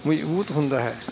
ਮਜ਼ਬੂਤ ਹੁੰਦਾ ਹੈ